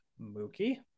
Mookie